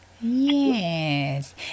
Yes